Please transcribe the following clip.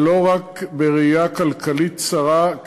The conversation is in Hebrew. ולא רק בראייה כלכלית צרה,